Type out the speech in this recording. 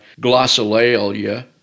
glossolalia